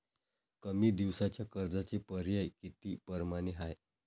कमी दिसाच्या कर्जाचे पर्याय किती परमाने हाय?